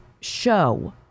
show